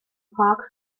park